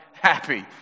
happy